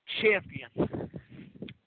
Champion